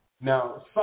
Now